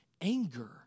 Anger